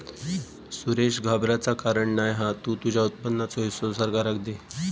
सुरेश घाबराचा कारण नाय हा तु तुझ्या उत्पन्नाचो हिस्सो सरकाराक दे